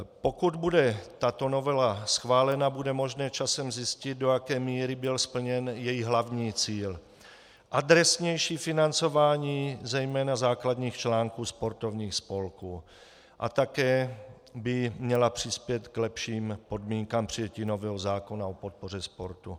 Pokud bude tato novela schválena, bude možné časem zjistit, do jaké míry byl splněn její hlavní cíl, adresnější financování zejména základních článků sportovních spolků, a také by měla přispět k lepším podmínkám přijetí nového zákona o podpoře sportu.